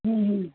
हं हं